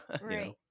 right